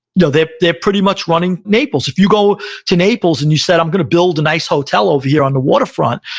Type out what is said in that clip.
you know they're they're pretty much running naples. if you go to naples, and you said, i'm going to build a nice hotel over here on the waterfront,